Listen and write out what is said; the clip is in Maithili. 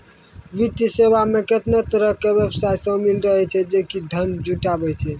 वित्तीय सेवा मे केतना तरहो के व्यवसाय शामिल रहै छै जे कि धन जुटाबै छै